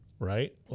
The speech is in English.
right